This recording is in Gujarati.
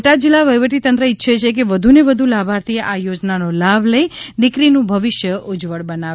બોટાદ જિલ્લા વહીવટી તંત્ર ઈચ્છે છે કે વધુ ને વધુ લાભાર્થી આ યોજનાનો લાભ લઇ દીકરી નું ભવિષ્ય ઉજ્જવળ બનાવે